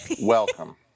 welcome